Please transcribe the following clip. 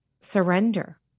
surrender